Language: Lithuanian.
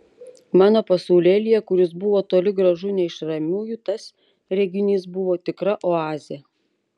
mano pasaulėlyje kuris buvo toli gražu ne iš ramiųjų tas reginys buvo tikra oazė